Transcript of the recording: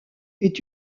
est